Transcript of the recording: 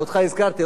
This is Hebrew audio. אותך הזכרתי.